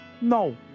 No